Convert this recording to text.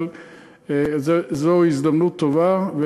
אבל זו הזדמנות טובה,